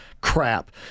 crap